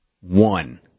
one